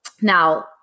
Now